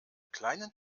kleinen